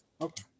okay